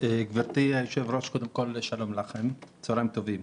גברתי היושבת-ראש, צהריים טובים.